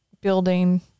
building